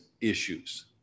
issues